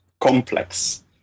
complex